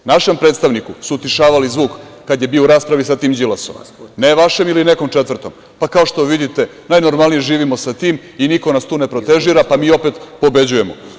Našem predstavniku su utišavali zvuk kada je bio u raspravi sa tim Đilasom, ne vašem ili nekom četvrtom, pa kao što vidite najnormalnije živimo sa tim i niko nas tu ne protežira pa mi opet pobeđujemo.